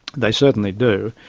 they certainly do.